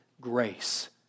grace